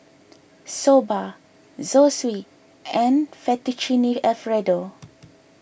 Soba Zosui and Fettuccine Alfredo